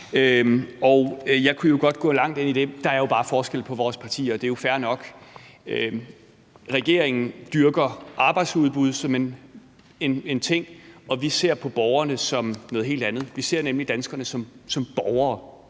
Jeg kunne godt gå langt ind i det, men der er bare forskel på vores partier, og det er jo fair nok. Regeringen dyrker arbejdsudbud som en ting, og vi ser på borgerne som noget helt andet. Vi ser nemlig danskerne som borgere,